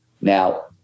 now